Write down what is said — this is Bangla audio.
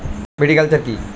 ভিটিকালচার কী?